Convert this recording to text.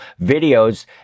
videos